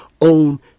own